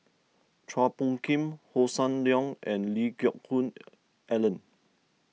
Chua Phung Kim Hossan Leong and Lee Geck Hoon Ellen